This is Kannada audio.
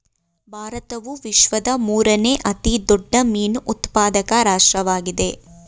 ಭಾರತವು ವಿಶ್ವದ ಮೂರನೇ ಅತಿ ದೊಡ್ಡ ಮೀನು ಉತ್ಪಾದಕ ರಾಷ್ಟ್ರವಾಗಿದೆ